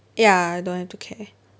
ya don't have to care